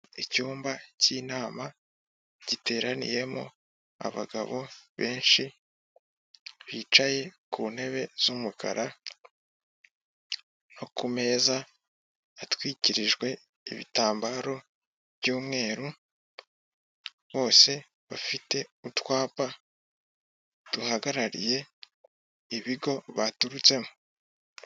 Icyumba k'inama giteraniyemo abagabo benshi bicaye ku ntebe z'umukara no ku meza atwikirijwe ibitambaro by'umweru bose bafite utwapa duhagarariye ibigo baturutsemo.